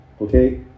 Okay